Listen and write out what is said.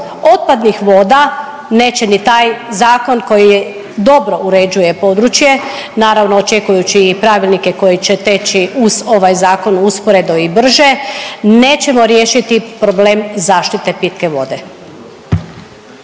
otpadnih voda neće ni taj zakon koji dobro uređuje područje naravno očekujući i pravilnike koji će teći uz ovaj zakon usporedo i brže, nećemo riješiti problem zaštite pitke vode.